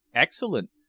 excellent.